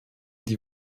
die